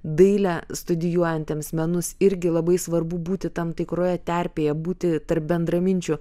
dailę studijuojantiems menus irgi labai svarbu būti tam tikroje terpėje būti tarp bendraminčių